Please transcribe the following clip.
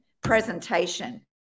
Presentation